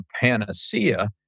panacea